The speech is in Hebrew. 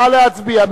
נא להצביע.